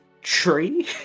tree